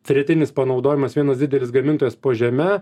tretinis panaudojimas vienas didelis gamintojas po žeme